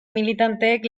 militanteek